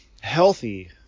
healthy